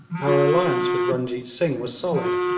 our alliance with runjeet singh was solid,